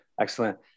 Excellent